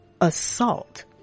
assault